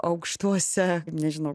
aukštuose nežinau